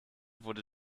wurde